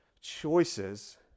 choices